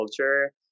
culture